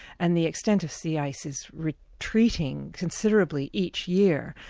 and the extent of sea ice is retreating considerably each year.